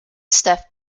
stuff